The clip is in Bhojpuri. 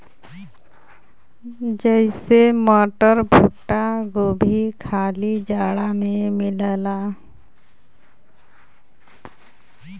जइसे मटर, भुट्टा, गोभी खाली जाड़ा मे मिलला